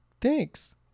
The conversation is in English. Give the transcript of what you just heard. Thanks